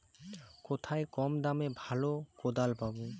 কোথায় কম দামে ভালো কোদাল পাব?